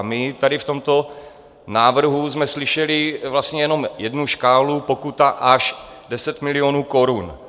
My jsme tady v tomto návrhu slyšeli vlastně jenom jednu škálu pokuta až 10 milionů korun.